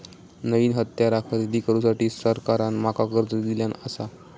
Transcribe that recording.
नईन हत्यारा खरेदी करुसाठी सरकारान माका कर्ज दिल्यानं आसा